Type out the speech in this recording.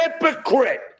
hypocrite